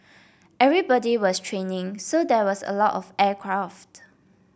everybody was training so there was a lot of aircraft